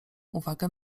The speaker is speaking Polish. uwagę